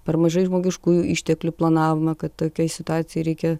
per mažai žmogiškųjų išteklių planavome kad tokioj situacijoj reikia